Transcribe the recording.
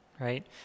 right